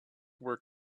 were